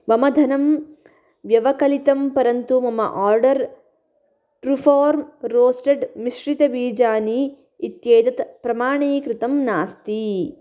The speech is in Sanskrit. मम धनं व्यवकलितं परन्तु मम आर्डर् ट्रु फ़ार्म् रोस्टेड् मिश्रितबीजानि इत्येतत् प्रमाणीकृतं नास्ति